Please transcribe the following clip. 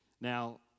Now